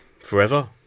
forever